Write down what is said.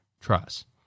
trust